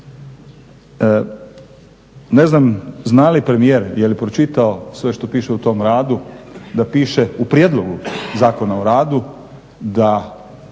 Ne znam zna li premijer je li pročitao sve što piše u tom radu da piše u prijedlogu Zakona o radu, da